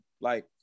like-